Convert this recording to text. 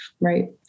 Right